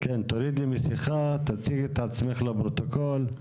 כן תציגי את עצמך לפרוטוקול.